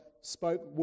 spoke